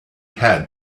had